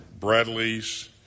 Bradley's